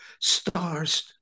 stars